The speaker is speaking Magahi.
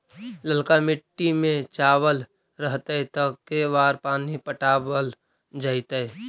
ललका मिट्टी में चावल रहतै त के बार पानी पटावल जेतै?